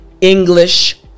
English